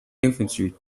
infantry